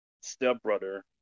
stepbrother